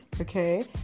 okay